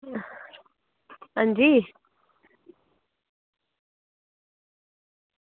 हां जी